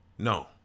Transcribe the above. no